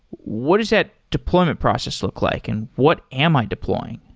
what is that deployment process look like and what am i deploying?